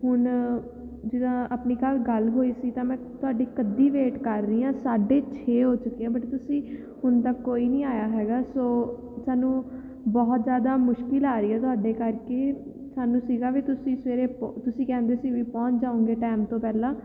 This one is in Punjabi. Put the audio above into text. ਹੁਣ ਜਿੱਦਾਂ ਆਪਣੀ ਕੱਲ੍ਹ ਗੱਲ ਹੋਈ ਸੀ ਤਾਂ ਮੈਂ ਤੁਹਾਡੀ ਕਦੋਂ ਦੀ ਵੇਟ ਕਰ ਰਹੀ ਹਾਂ ਸਾਢੇ ਛੇ ਹੋ ਚੁੱਕੇ ਆ ਬਟ ਤੁਸੀਂ ਹੁਣ ਤੱਕ ਕੋਈ ਨਹੀਂ ਆਇਆ ਹੈਗਾ ਸੋ ਸਾਨੂੰ ਬਹੁਤ ਜ਼ਿਆਦਾ ਮੁਸ਼ਕਿਲ ਆ ਰਹੀ ਹੈ ਤੁਹਾਡੇ ਕਰਕੇ ਸਾਨੂੰ ਸੀਗਾ ਵੀ ਤੁਸੀਂ ਸਵੇਰੇ ਪਹੁੰ ਤੁਸੀਂ ਕਹਿੰਦੇ ਸੀ ਵੀ ਪਹੁੰਚ ਜਾਉਂਗੇ ਟਾਈਮ ਤੋਂ ਪਹਿਲਾਂ